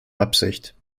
absicht